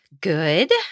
good